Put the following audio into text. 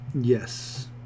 Yes